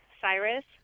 Cyrus